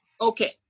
Okay